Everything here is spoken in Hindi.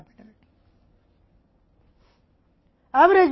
हम एक अन्य T से विभाजित होते हैं